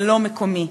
ולא מקומי.